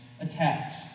attacks